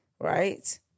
right